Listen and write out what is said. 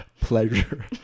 pleasure